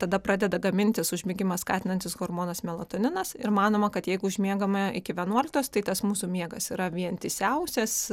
tada pradeda gamintis užmigimą skatinantis hormonas melatoninas ir manoma kad jeigu užmiegame iki vienuoliktos tai tas mūsų miegas yra vientisiausias